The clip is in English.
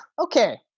okay